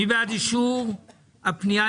מי בעד אישור הפנייה?